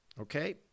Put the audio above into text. Okay